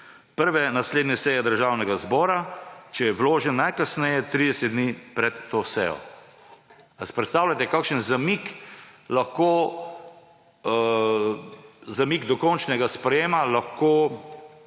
prve naslednje seje Državnega zbora, če je vložen najkasneje 30 dni pred to sejo.« Si predstavljajte, kakšen zamik do končnega sprejetja lahko